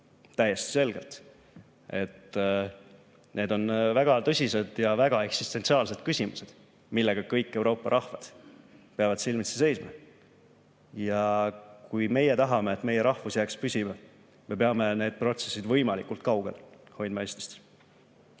täiesti selgelt. Need on väga tõsised ja väga eksistentsiaalsed küsimused, millega kõik Euroopa rahvad peavad silmitsi seisma. Kui meie tahame, et meie rahvus jääks püsima, siis me peame need protsessid hoidma Eestist